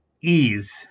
ease